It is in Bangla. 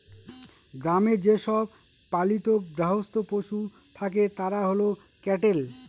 গ্রামে যে সব পালিত গার্হস্থ্য পশু থাকে তারা হল ক্যাটেল